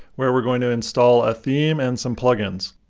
where we're going to install a theme and some plugins.